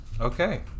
Okay